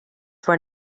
were